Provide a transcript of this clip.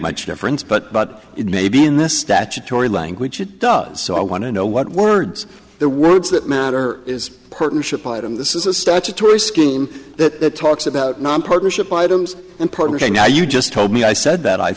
much difference but it may be in this statutory language it does so i want to know what words the words that matter is partnership item this is a statutory scheme that talks about non partnership items and protege now you just told me i said that i